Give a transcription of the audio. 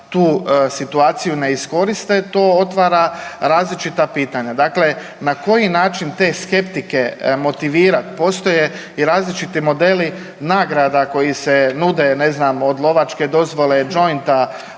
tu situaciju ne iskoriste to otvara različita pitanja, na koji način te skeptike motivirat. Postoje i različiti modeli nagrada koji se nude ne znam od lovačke dozvole, jointa